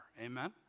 Amen